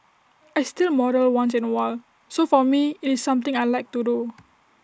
I still model once in A while so for me IT is something I Like to do